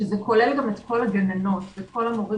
שזה כולל גם את כל הגננות ואת כל המורים